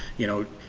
you know,